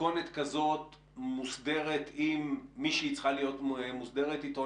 מתכונת כזאת מוסדרת עם מי שהיא צריכה להיות מוסדרת איתו?